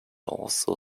also